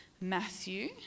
Matthew